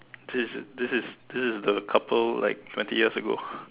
this this is this is the couple like twenty years ago